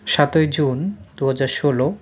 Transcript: সাতই জুন দু হাজার ষোলো